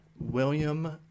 william